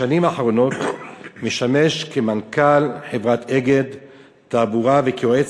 בשנים האחרונות משמש מנכ"ל חברת "אגד תעבורה" ויועץ